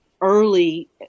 early